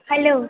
hello